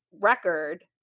record